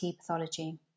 pathology